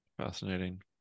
Fascinating